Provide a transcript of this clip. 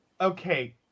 Okay